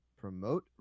promote